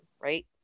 right